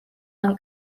მან